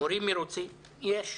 מורים מרוצים יש,